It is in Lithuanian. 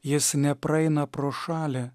jis nepraeina pro šalį